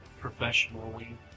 professionally